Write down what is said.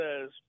says